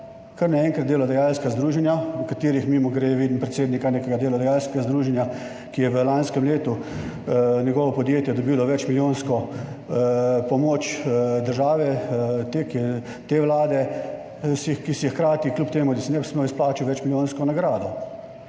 kar naenkrat delodajalska združenja, v katerih mimogrede vidim predsednika nekega delodajalskega združenja, ki je v lanskem letu njegovo podjetje dobilo več milijonsko pomoč države, te te vlade, ki si je hkrati, kljub temu, da si ne bi imel izplačil več milijonsko nagrado.